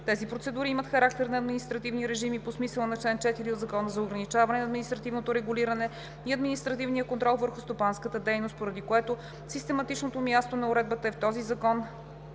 Тези процедури имат характер на административни режими по смисъла на чл. 4 от Закона за ограничаване на административното регулиране и административния контрол върху стопанската дейност, поради което систематичното място на уредбата е в закон,